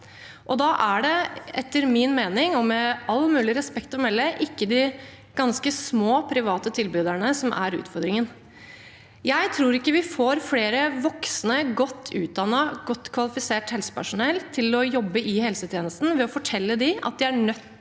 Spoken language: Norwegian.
Da er det, etter min mening og med all mulig respekt å melde, ikke de ganske små private tilbyderne som er utfordringen. Jeg tror ikke vi får flere voksne, godt utdannede, godt kvalifisert helsepersonell, til å jobbe i helsetjenesten ved å fortelle dem at de er nødt til f.eks.